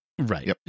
Right